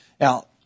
Now